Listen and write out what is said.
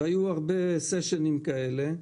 והיו הרבה סשנים כאלה,